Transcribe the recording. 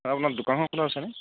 হয় আপোনাৰ দোকানখন খোলা আছেনে